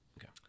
Okay